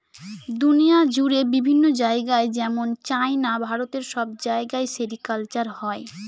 দুনিয়া জুড়ে বিভিন্ন জায়গায় যেমন চাইনা, ভারত সব জায়গায় সেরিকালচার হয়